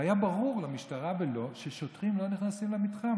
והיה ברור למשטרה ולו ששוטרים לא נכנסים למתחם,